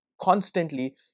Constantly